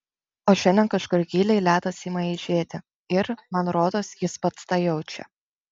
o šiandien kažkur giliai ledas ima eižėti ir man rodos jis pats tą jaučia